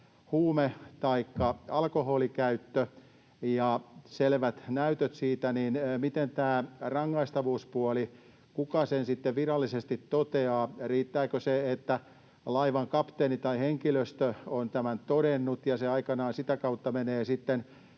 huumeen taikka alkoholin käyttö ja on selvät näytöt siitä, tämä rangaistavuuspuoli: kuka sen sitten virallisesti toteaa? Riittääkö se, että laivan kapteeni tai henkilöstö on tämän todennut, ja se aikanaan sitä kautta menee